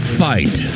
fight